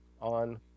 on